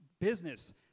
business